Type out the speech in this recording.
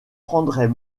prendrait